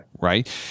right